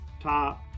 top